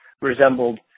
resembled